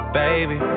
baby